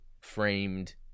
framed